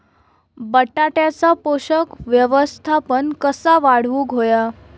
बटाट्याचा पोषक व्यवस्थापन कसा वाढवुक होया?